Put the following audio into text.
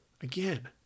Again